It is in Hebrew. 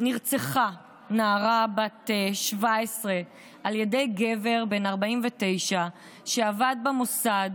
נרצחה נערה בת 17 על ידי גבר בן 49 שעבד במוסד